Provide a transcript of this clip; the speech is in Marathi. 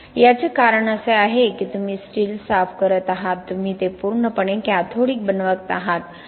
याचे कारण असे आहे की तुम्ही स्टील साफ करत आहात तुम्ही ते पूर्णपणे कॅथोडिक बनवत आहात